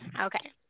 Okay